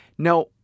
Now